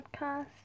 Podcast